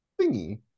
thingy